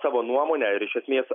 savo nuomonę ir iš esmės